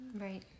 Right